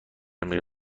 میره